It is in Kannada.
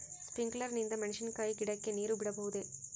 ಸ್ಪಿಂಕ್ಯುಲರ್ ನಿಂದ ಮೆಣಸಿನಕಾಯಿ ಗಿಡಕ್ಕೆ ನೇರು ಬಿಡಬಹುದೆ?